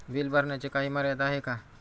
Bill भरण्याची काही मर्यादा आहे का?